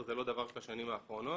זה לא דבר של השנים האחרונות.